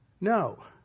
No